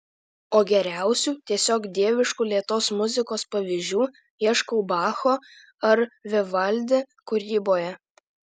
o geriausių tiesiog dieviškų lėtos muzikos pavyzdžių ieškau bacho ar vivaldi kūryboje